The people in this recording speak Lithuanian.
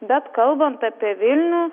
bet kalbant apie vilnių